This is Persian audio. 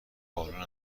بالون